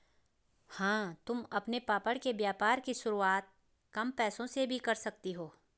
हाँ तुम अपने पापड़ के व्यापार की शुरुआत कम पैसों से भी कर सकती हो